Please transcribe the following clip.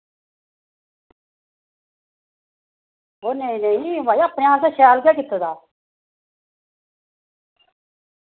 ओह् नेईं नेईं भई अपने असें शैल गै कीते दा